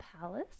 palace